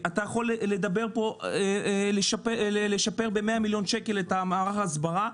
אתה יכול לשפר ב-100 מיליון שקל את מערך ההסברה,